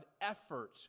effort